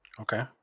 okay